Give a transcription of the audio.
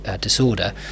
disorder